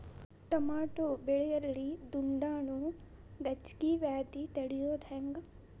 Tomato ಬೆಳೆಯಲ್ಲಿ ದುಂಡಾಣು ಗಜ್ಗಿ ವ್ಯಾಧಿ ತಡಿಯೊದ ಹೆಂಗ್?